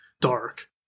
dark